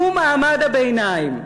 הוא מעמד הביניים.